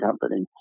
company